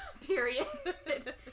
period